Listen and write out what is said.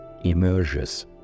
emerges